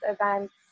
events